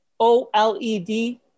OLED